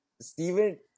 Stephen